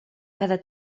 cada